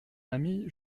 amie